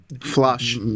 flush